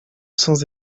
sans